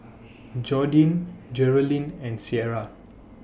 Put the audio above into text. Jordyn Geralyn and Cierra